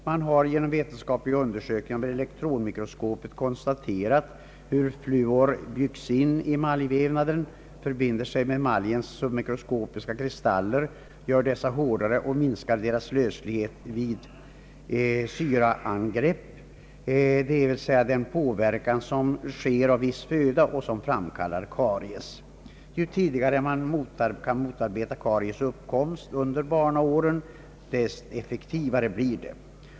Man har genom vetenskapliga undersökningar med elektronmikroskop konstaterat hur fluor byggs in i emaljvävnaden, förbinder sig med emaljens submikroskopiska kristaller, gör dessa hårdare och minskar deras löslighet vid syraangrepp, som orsakas av viss föda och framkallar karies. Ju tidigare man kan motarbeta uppkomsten av karies under barnaåren, dess effektivare blir det.